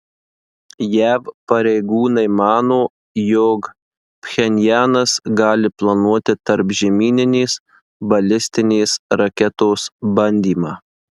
jav pareigūnai mano jog pchenjanas gali planuoti tarpžemyninės balistinės raketos bandymą